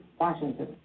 Washington